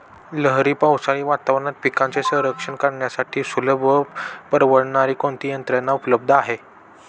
लहरी पावसाळी वातावरणात पिकांचे रक्षण करण्यासाठी सुलभ व परवडणारी कोणती यंत्रणा उपलब्ध आहे?